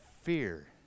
fear